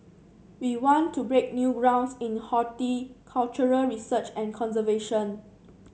we want to break new grounds in horticultural research and conservation